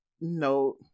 no